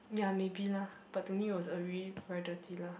ya maybe lah but to me it was a really very dirty lah